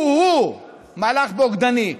הוא-הוא מהלך בוגדני,